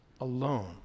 alone